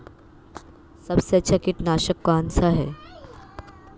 सबसे अच्छा कीटनाशक कौनसा है?